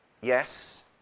Yes